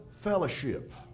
fellowship